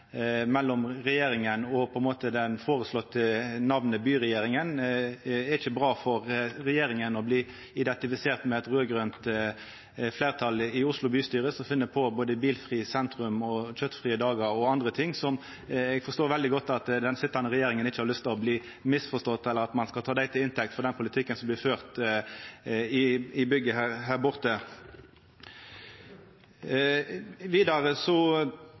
eit raud-grønt fleirtal i Oslo bystyre som finn på å ha både bilfritt sentrum, kjøtfrie dagar og andre ting som eg veldig godt forstår at den sittande regjeringa ikkje har lyst at det oppstår misforståingar rundt, og at ein tek dei til inntekt for den politikken som blir ført i bygget her borte. Vidare